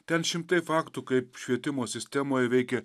ten šimtai faktų kaip švietimo sistemoje veikė